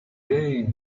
they